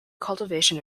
cultivation